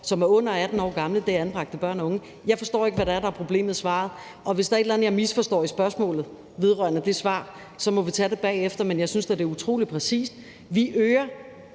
som er under 18 år gamle, er anbragte børn og unge. Jeg forstår ikke, hvad det er, der er problemet i svaret, og hvis der er et eller andet, jeg har misforstået i spørgsmålet vedrørende det svar, må vi tage det bagefter. Men jeg synes da, det er utrolig præcist. Vi øger